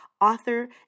author